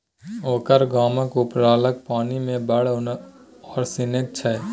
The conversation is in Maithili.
ओकर गामक उपरलका पानि मे बड़ आर्सेनिक छै